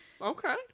okay